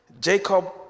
Jacob